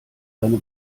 seine